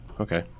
Okay